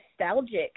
nostalgic